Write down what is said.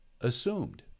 assumed